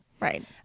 Right